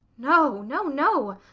no, no, no!